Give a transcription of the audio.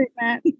Matt